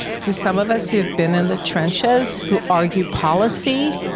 for some of us who've been in the trenches, who argue policy,